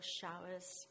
showers